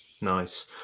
nice